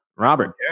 Robert